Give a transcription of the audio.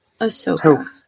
Ahsoka